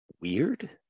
weird